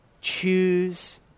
choose